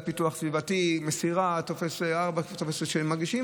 כולל פיתוח סביבתי, מסירה, טופס 4 שהם מגישים.